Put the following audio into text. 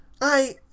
I